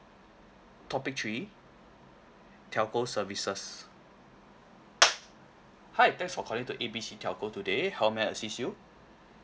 topic three telco services hi thanks for calling to A B C telco today how may I assist you